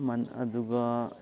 ꯑꯗꯨꯒ